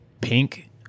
pink